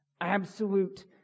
Absolute